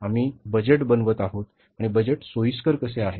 आम्ही बजेट बनवत आहोत आणि बजेट सोयीस्कर कसे आहे